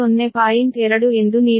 G2 rating 15 MVA 6